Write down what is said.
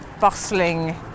bustling